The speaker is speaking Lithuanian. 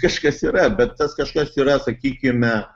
kažkas yra bet tas kažkas yra sakykime